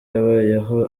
yabayeho